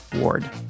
Ward